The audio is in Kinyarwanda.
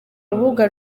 rubuga